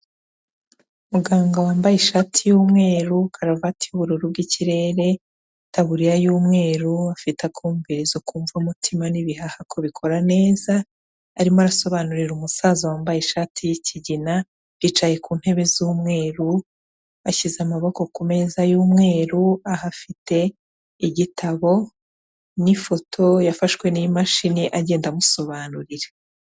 Muganga wambaye ishati y'umweru karavati y'ubururu bw'ikirere, itaburiya y'umweru, afite akumvirizo kumva umutima n'ibihaha akabikora neza, arimo arasobanurira umusaza wambaye ishati y'ikigina, bicaye ku ntebe z'umweru, bashyize amaboko ku meza y'umweru, ahafite igitabo n'ifoto yafashwe n'imashini, agenda amusobanurira.